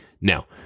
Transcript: Now